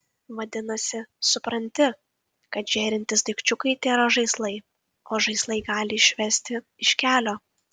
vadinasi supranti kad žėrintys daikčiukai tėra žaislai o žaislai gali išvesti iš kelio